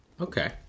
okay